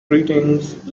greetings